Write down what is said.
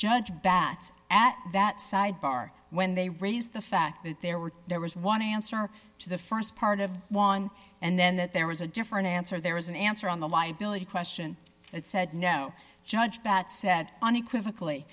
judge bats at that sidebar when they raise the fact that there were there was one answer to the st part of one and then that there was a different answer there was an answer on the liability question it said no judge that said unequivocally